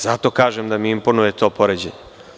Zato kažem da mi imponuje to poređenje.